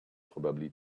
probably